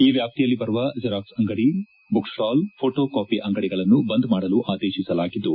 ಈ ವ್ಯಾಪ್ತಿಯಲ್ಲಿ ಬರುವ ಝೆರಾಕ್ಸ್ ಅಂಗಡಿ ಬುಕ್ಸ್ವಾಲ್ ಫೋಟೋ ಕಾಪಿ ಅಂಗಡಿಗಳನ್ನು ಬಂದ್ ಮಾಡಲು ಆದೇತಿಸಲಾಗಿದ್ದು